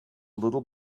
little